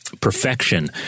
perfection